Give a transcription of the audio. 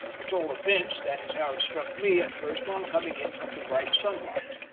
at all events, that is how it struck me at first on coming in from the bright sunlight.